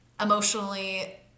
emotionally